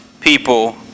people